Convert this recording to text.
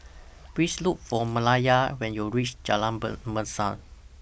Please Look For Malaya when YOU REACH Jalan Mesra